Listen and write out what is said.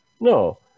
No